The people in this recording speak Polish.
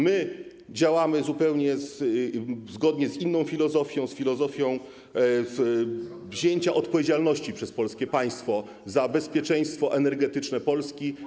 My działamy zgodnie z inną filozofią, filozofią wzięcia odpowiedzialności przez polskie państwo za bezpieczeństwo energetyczne Polski.